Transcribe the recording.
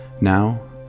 Now